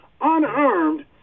unarmed